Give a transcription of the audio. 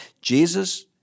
Jesus